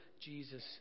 Jesus